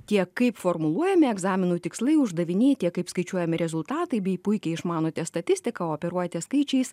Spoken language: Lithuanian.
tiek kaip formuluojami egzaminų tikslai uždaviniai tiek kaip skaičiuojami rezultatai bei puikiai išmanote statistiką operuojate skaičiais